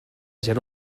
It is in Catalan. gent